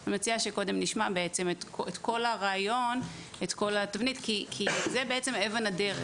אני מציעה שנשמע את כל הרעיון כי זה אבן הדרך.